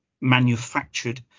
manufactured